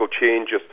changes